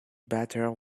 batter